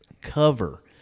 cover